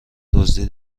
دزدی